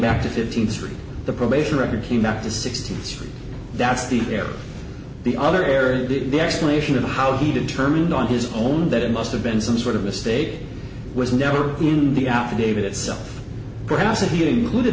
back to fifteen three the probation record came back to sixty three that's the air the other area did the explanation of how he determined on his own that it must have been some sort of mistake was never in the affidavit itself perhaps a hearing